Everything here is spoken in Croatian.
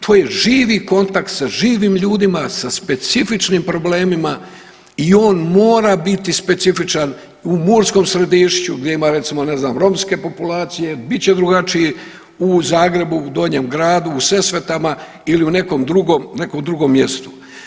To je živi kontakt sa živim ljudima, sa specifičnim problemima i on mora biti specifičan u Murskom Središću gdje ima recimo ne znam romske populacije, bit će drugačiji u Zagrebu u Donjem gradu, u Sesvetama ili u nekom drugom, nekom drugom mjestu.